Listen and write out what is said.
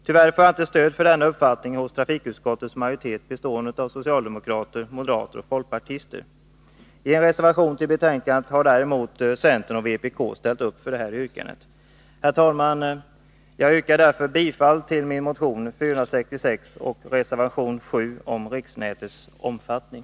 Tyvärr får jag inte stöd för denna uppfattning hos trafikutskottets majoritet bestående av socialdemokrater, moderater och folkpartister. I en reservation till betänkandet har däremot centern och vpk ställt sig bakom detta krav. Herr talman! Jag yrkar därför bifall till min motion 466 och reservation 7 om riksnätets omfattning.